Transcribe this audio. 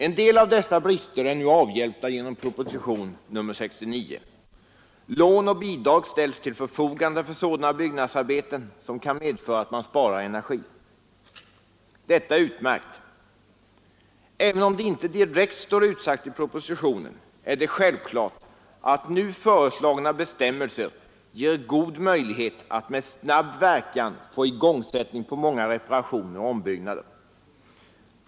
En hel del av dessa brister blir nu avhjälpta genom förslagen i propositionen 69. Lån och bidrag ställs till förfogande för sådana byggnadsarbeten som kan medföra att man sparar energi. Detta är utmärkt. Även om det inte direkt står utsagt i propositionen, är det självklart att nu föreslagna bestämmelser ger en god möjlighet att med snabb verkan få igångsättning av många reparationer och ombyggnader.